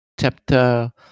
chapter